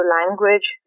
language